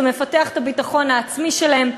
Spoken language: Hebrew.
זה מפתח את הביטחון העצמי שלהם,